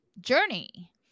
journey